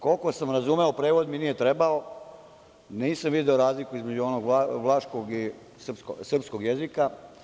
Koliko sam razumeo, prevod mi nije trebao, nisam video razliku između onog vlaškog i srpskog jezika.